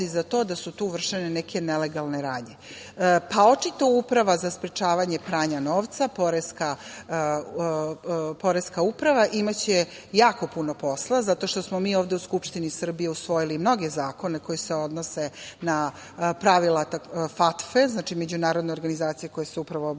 za to da su tu vršene neke nelegalne radnje. Očito Uprava za sprečavanje pranja novca, Poreska uprava imaće jako puno posla zato što smo mi ovde u Skupštini Srbije usvojili mnoge zakone koji se odnose na pravila FATFE, Međunarodne organizacije koja se upravo bavi